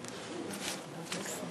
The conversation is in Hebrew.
המשפטים